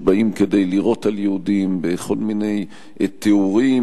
שבאים כדי לירות על יהודים בכל מיני תיאורים.